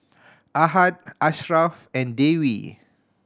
Ahad Ashraff and Dewi